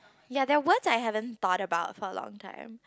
ya that words I haven't thought about for a long time